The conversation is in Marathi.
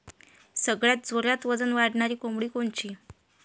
सगळ्यात जोरात वजन वाढणारी कोंबडी कोनची?